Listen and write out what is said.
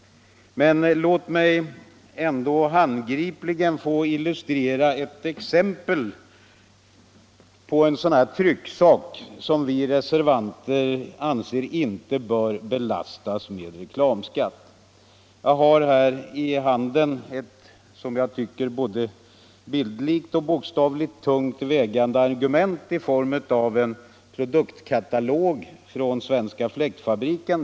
Men låt mig ändå handgripligen få illustrera med ett exempel på en sådan trycksak som vi reservanter inte anser bör belastas med reklamskatt. Jag har här i handen ett som jag tycker bokstavligen tungt vägande argument i form av en produktkatalog från Svenska Fläktfabriken.